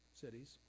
cities